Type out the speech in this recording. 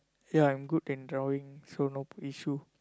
yeah I'm good in drawing so no issue